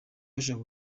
bashaka